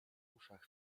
uszach